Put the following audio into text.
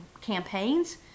campaigns